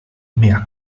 mehr